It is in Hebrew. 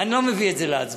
אני לא מביא את זה להצבעה.